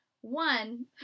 One